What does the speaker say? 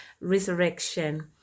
resurrection